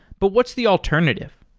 but what's the alternative?